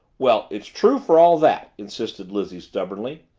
well, it's true for all that, insisted lizzie stubbornly.